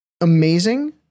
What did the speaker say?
amazing